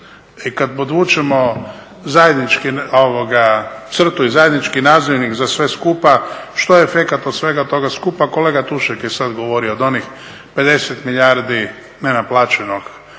I kad podvučemo zajedničku crtu i zajednički nazivnik za sve skupa što je efekat od svega toga skupa, kolega Tušak je sad govorio do onih 50 milijardi nenaplaćenog